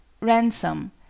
Ransom